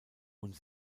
und